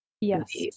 yes